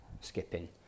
skipping